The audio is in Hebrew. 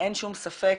אין שום ספק,